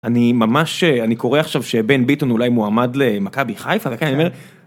אני ממש אני קורא עכשיו שבן ביטון אולי מועמד למכבי חיפה וכאלה, אני אומר...